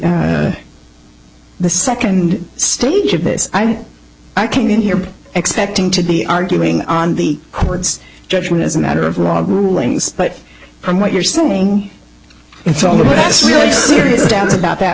the the second stage of this i came in here expecting to be arguing on the court's judgment as a matter of law rulings but from what you're saying it's all about th